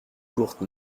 courtes